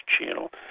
Channel